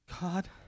God